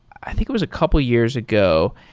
i think it was a couple years ago.